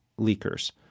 leakers